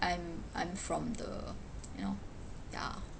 I'm I'm from the you know ya